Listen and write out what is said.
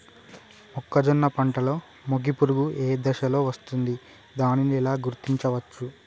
మొక్కజొన్న పంటలో మొగి పురుగు ఏ దశలో వస్తుంది? దానిని ఎలా గుర్తించవచ్చు?